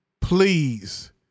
please